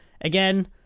Again